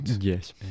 Yes